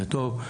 זה טוב,